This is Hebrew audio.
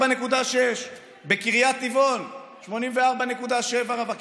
84.6%; בקריית טבעון, 84.7% רווקים.